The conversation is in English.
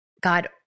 God